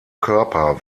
körper